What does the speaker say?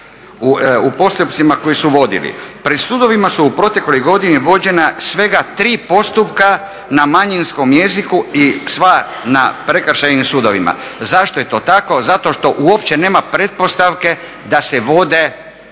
u postupcima koji su vodili. Pred sudovima su u protekloj godini vođena svega tri postupka na manjinskom jeziku i sva na prekršajnim sudovima. Zašto je to tako? Zato što uopće nema pretpostavke da se vode